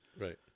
right